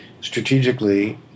strategically